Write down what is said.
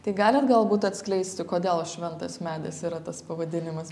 tai galit galbūt atskleisti kodėl šventas medis yra tas pavadinimas